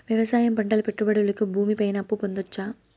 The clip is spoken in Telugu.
వ్యవసాయం పంటల పెట్టుబడులు కి భూమి పైన అప్పు పొందొచ్చా?